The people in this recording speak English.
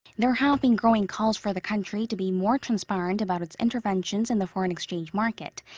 there have been growing calls for the country to be more transparent about its interventions in the foreign exchange market.